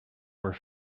were